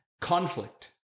conflict